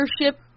ownership